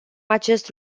acest